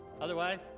Otherwise